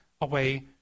away